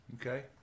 okay